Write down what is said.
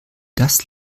das